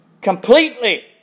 Completely